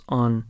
on